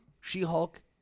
She-Hulk